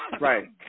Right